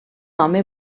home